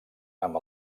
amb